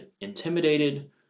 intimidated